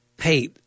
hey